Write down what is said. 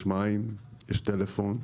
יש מים, יש טלפון,